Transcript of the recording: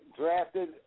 drafted